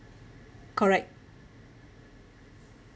correct